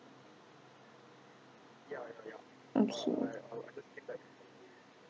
okay